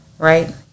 Right